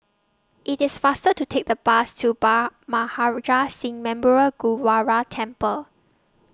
IT IS faster to Take The Bus to Bhai Maharaj Singh Memorial Gurdwara Temple